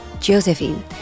Josephine